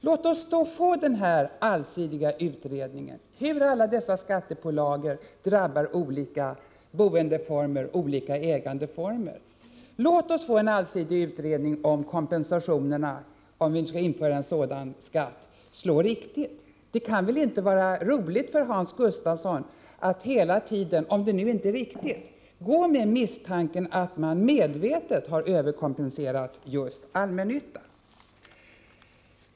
Låt oss då få den här allsidiga utredningen kring hur dessa skattepålagor drabbar olika boendeformer och olika ägandeformer! Låt oss få en allsidig utredning om huruvida kompensationerna, om vi skall införa en sådan skatt, slår riktigt. Det kan väl inte vara roligt för Hans Gustafsson att hela tiden — om det nu inte är riktigt — gå med misstanken att man medvetet har överkompenserat just allmännyttan.